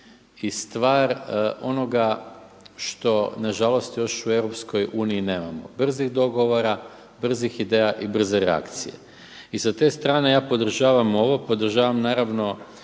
i stvar onoga što na žalost još u EU nemamo brzih dogovora, brzih ideja i brze reakcije. I sa te strane ja podržavam ovo, podržavam naravno